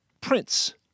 Prince